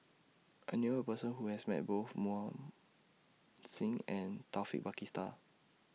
I knew A Person Who has Met Both Mohan Singh and Taufik